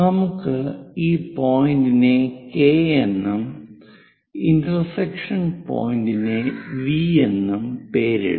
നമുക്ക് ഈ പോയിന്റിനെ K എന്നും ഇന്റർസെക്ഷൻ പോയിന്റിനെ V എന്നും പേരിടാം